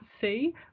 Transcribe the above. see